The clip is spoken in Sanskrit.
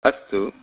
अस्तु